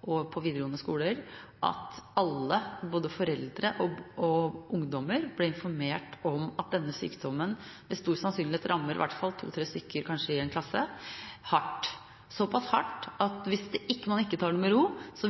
på videregående skoler – at alle, både foreldre og ungdommer, blir informert om at denne sykdommen med stor sannsynlighet rammer i hvert fall kanskje to–tre stykker i en klasse hardt, såpass hardt at hvis man ikke tar det med ro,